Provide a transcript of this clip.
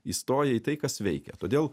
įstoja į tai kas veikia todėl